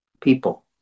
people